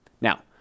Now